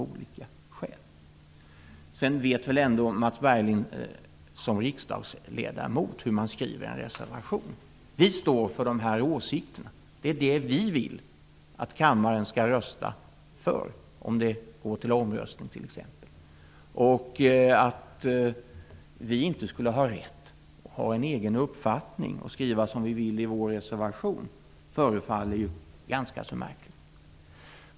Som riksdagsledamot vet väl Mats Berglind ändå hur man skriver en reservation. Vi står för åsikterna i reservationen. Det är det som vi vill att kammaren skall rösta för om det går till omröstning. Att vi inte skulle ha rätt att ha en egen uppfattning och skriva som vi vill i vår reservation förefaller ganska så märkligt.